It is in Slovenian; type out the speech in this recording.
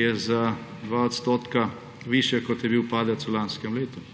je za 2 % višja, kot je bil padec v lanskem letu.